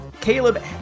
Caleb